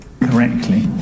Correctly